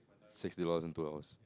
sixty dollars in two hours